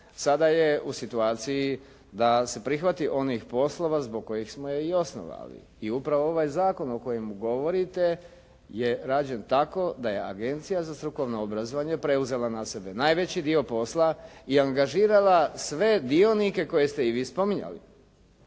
sada je u situaciji da se prihvati onih poslova zbog koje smo je i osnovali. I upravo ovaj zakon o kojem govorite je rađen tako da je Agencija za strukovno obrazovanje preuzela na sebe najveći dio posla i angažirala sve dionike koje ste i vi spominjali,